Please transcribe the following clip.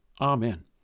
Amen